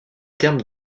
terme